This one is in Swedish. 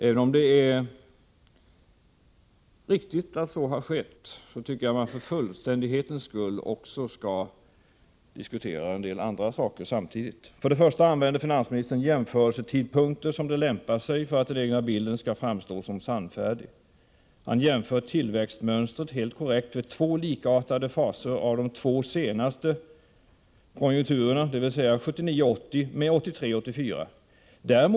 Även om det är riktigt att så har skett, tycker jag att man för fullständighetens skull också skall nämna en del andra saker samtidigt. För det första använder finansministern jämförelsetidpunkter som lämpar sig för att den egna bilden skall framstå som sannfärdig. Han jämför tillväxtmönstret helt korrekt vid två likartade faser av de två senaste konjunkturerna, dvs. han jämför 1979-1980 med 1983-1984.